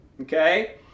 okay